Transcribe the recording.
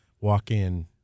walk-in